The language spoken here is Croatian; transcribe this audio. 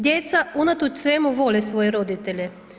Djeca unatoč svemu vole svoje roditelje.